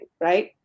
right